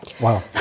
Wow